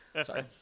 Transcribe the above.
Sorry